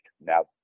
Now